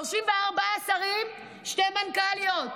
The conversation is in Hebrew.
34 שרים, שתי מנכ"ליות,